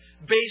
Based